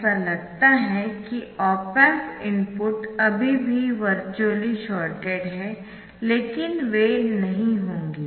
ऐसा लगता है कि ऑप एम्प इनपुट अभी भी वर्चुअली शॉर्टेड है लेकिन वे नहीं होंगे